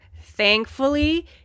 thankfully